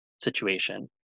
situation